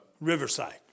Riverside